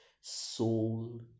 soul